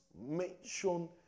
mention